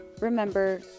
Remember